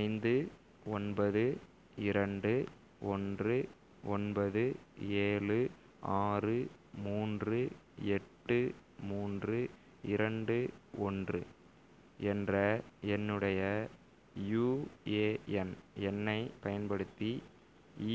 ஐந்து ஒன்பது இரண்டு ஒன்று ஒன்பது ஏழு ஆறு மூன்று எட்டு மூன்று இரண்டு ஒன்று என்ற என்னுடைய யுஏஎன் எண்ணைப் பயன்படுத்தி